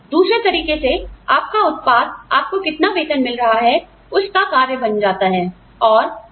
दूसरे तरीके से आपका उत्पाद आपको कितना वेतन मिल रहा है उसका कार्य बन जाता है